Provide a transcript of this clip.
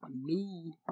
new